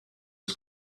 was